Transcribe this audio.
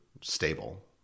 stable